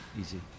easy